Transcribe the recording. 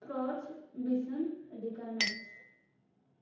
scotch basin areca nuts